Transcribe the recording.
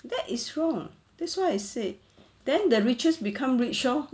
that is wrong that's why I say then the richest become rich lor